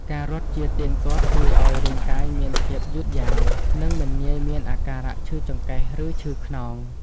ការរត់ជាទៀងទាត់ជួយឱ្យរាងកាយមានភាពយឺតយ៉ាវ និងមិនងាយមានអាការៈឈឺចង្កេះ ឬឈឺខ្នង។